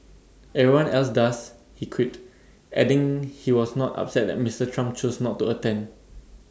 everyone else does he quipped adding he was not upset that Mister Trump chose not to attend